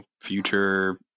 future